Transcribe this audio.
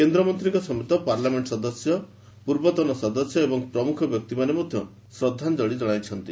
କେନ୍ଦ୍ରମନ୍ତୀଙ୍କ ସମେତ ପାର୍ଲାମେଣ୍ଟ ସଦସ୍ୟ ପୂର୍ବତନ ସଦସ୍ୟ ଏବଂ ପ୍ରମୁଖ ବ୍ୟକ୍ତିମାନେ ମଧ୍ୟ ଶ୍ରଦ୍ଧାଞ୍ଜଳି ଜଣାଇଛନ୍ତି